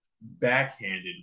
backhanded